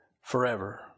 forever